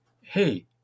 hey